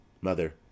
mother